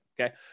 okay